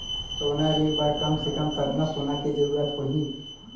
सोना ऋण बर कम से कम कतना सोना के जरूरत होही??